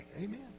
Amen